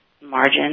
margin